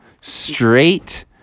straight